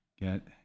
get